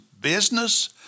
business